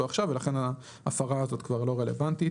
עכשיו ולכן ההפרה הזאת כבר לא רלוונטית.